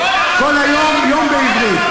כל היום, יום בעברית.